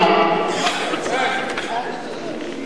אני קורא אותך לסדר פעם ראשונה.